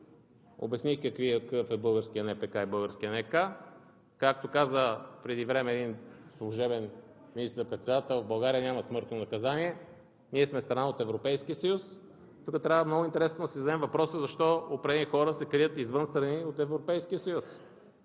обясних какъв е българският НПК и българският НК. Както каза преди време един служебен министър-председател, в България няма смъртно наказание – ние сме страна от Европейския съюз. Тук трябва, много интересно, да си зададем въпроса: защо определени хора се крият извън страни от Европейския съюз?